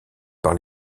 par